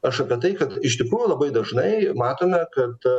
aš apie tai kad iš tikrųjų labai dažnai matome kad